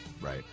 Right